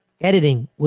Editing